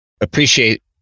appreciate